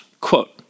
quote